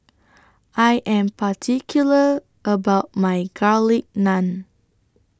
I Am particular about My Garlic Naan